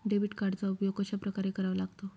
Debit कार्डचा उपयोग कशाप्रकारे करावा लागतो?